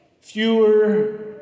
fewer